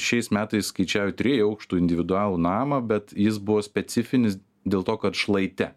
šiais metais skaičiavę trijų aukštų individualų namą bet jis buvo specifinis dėl to kad šlaite